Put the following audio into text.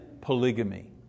polygamy